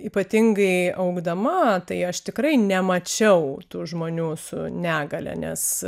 ypatingai augdama tai aš tikrai nemačiau tų žmonių su negalia nes